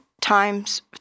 times